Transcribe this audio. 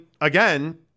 again